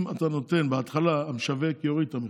אם אתה נותן בהתחלה, המשווק יוריד את המחיר.